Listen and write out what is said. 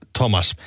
Thomas